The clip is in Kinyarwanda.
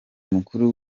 mukuru